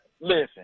Listen